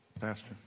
pastor